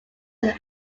are